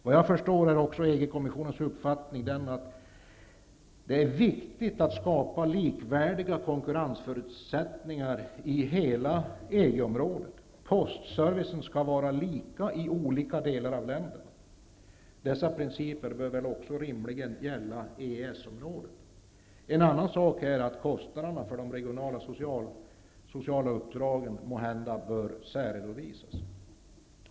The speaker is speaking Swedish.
Vad jag förstår är också EG kommissionens uppfattning den att det är viktigt att skapa likvärdiga konkurrensförutsättningar i hela EG-området; postservicen skall vara lika i olika delar av länderna. Dessa principer bör väl rimligen också gälla EES-området. En annan sak är att kostnaderna för de regionala och sociala uppdragen kanske bör särredovisas.